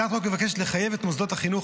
הצעת החוק מבקשת לחייב את מוסדות החינוך